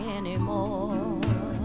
anymore